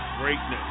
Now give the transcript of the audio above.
greatness